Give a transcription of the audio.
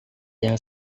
yang